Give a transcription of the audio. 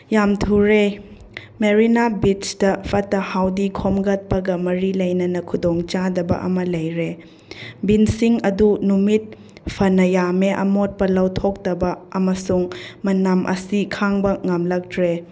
ꯌꯥꯝ ꯊꯨꯔꯦ ꯃꯦꯔꯤꯅꯥ ꯕꯤꯁꯇ ꯐꯠꯇ ꯍꯥꯎꯗꯤ ꯈꯣꯝꯒꯠꯄꯒ ꯃꯔꯤ ꯂꯩꯅꯅ ꯈꯨꯗꯣꯡ ꯆꯥꯗꯕ ꯑꯃ ꯂꯩꯔꯦ ꯕꯤꯜꯁꯤꯡ ꯑꯗꯨ ꯅꯨꯃꯤꯠ ꯐꯅ ꯌꯥꯝꯃꯦ ꯑꯃꯣꯠꯄ ꯂꯧꯊꯣꯛꯇꯕ ꯑꯃꯁꯨꯡ ꯃꯅꯝ ꯑꯁꯤ ꯈꯥꯡꯕ ꯉꯝꯂꯛꯇ꯭ꯔꯦ